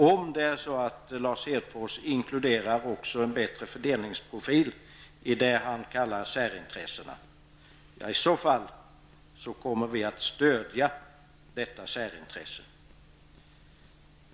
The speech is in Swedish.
Kanske inkluderar Lars Hedfors också en bättre fördelningsprofil i det han kallar särintressen. I så fall kommer vi att stödja detta särintresse.